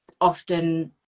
often